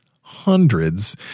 hundreds